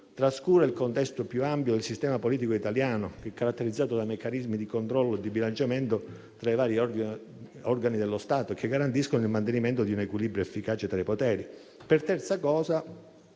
trascura il contesto più ampio del sistema politico italiano, caratterizzato da meccanismi di controllo e di bilanciamento tra i vari organi dello Stato, che garantiscono il mantenimento di un equilibrio efficace tra i poteri. Per terza cosa,